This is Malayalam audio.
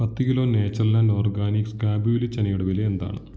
പത്ത് കിലോ നേച്ചർലാൻഡ് ഓർഗാനിക്സ് കാബൂലി ചനയുടെ വില എന്താണ്